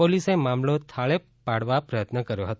પોલીસામામલો થાળાપાડવા પ્રયત્ન કર્યો હતો